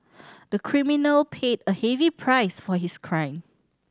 the criminal paid a heavy price for his crime